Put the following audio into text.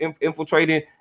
infiltrating